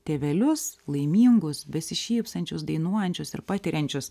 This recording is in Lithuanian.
tėvelius laimingus besišypsančius dainuojančius ir patiriančius